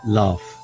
love